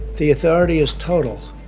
the authority is total,